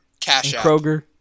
Kroger